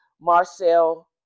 marcel